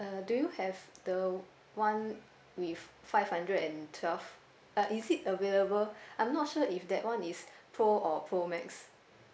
uh do you have the one with five hundred and twelve uh is it available I'm not sure if that [one] is pro or pro max